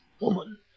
woman